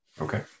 Okay